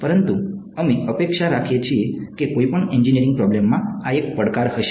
પરંતુ અમે અપેક્ષા રાખીએ છીએ કે કોઈપણ એન્જિનિયરિંગ પ્રોબ્લેમમાં આ એક પડકાર હશે